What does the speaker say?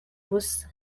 ubusa